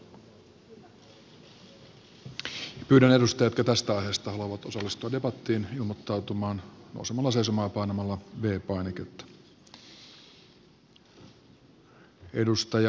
pyydän edustajia jotka tästä aiheesta haluavat osallistua debattiin ilmoittautumaan nousemalla seisomaan ja painamalla v painiketta